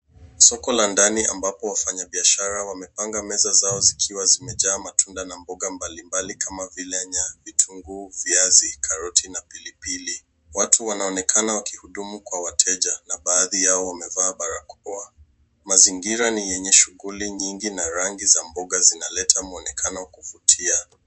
Soko la ndani ambapo wafanya biashara wamepanga meza zao zikiwa zimejaa matunda na mboga mbalimbali kama vile nyanya, vitunguu, viazi, karoti na pilipili. Watu wanaonekana wakihudumu kwa wateja na baadhi yao wamevaa barakoa. Mazingira ni yenye shughuli nyingi na rangi za mboga zinaleta mwonekano kuvutia.